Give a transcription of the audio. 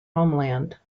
homeland